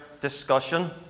discussion